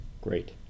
Great